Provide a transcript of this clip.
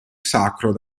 sacro